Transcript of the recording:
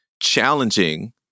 challenging